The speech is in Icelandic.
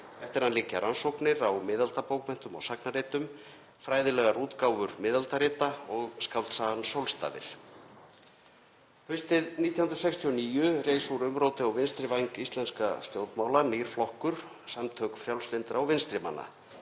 Eftir hann liggja rannsóknir á miðaldabókmenntum og sagnaritum, fræðilegar útgáfur miðaldarita og skáldsagan Sólstafir. Haustið 1969 reis úr umróti á vinstri væng íslenskra stjórnmála nýr flokkur, Samtök frjálslyndra og vinstri manna.